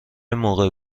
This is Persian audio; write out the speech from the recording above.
موقع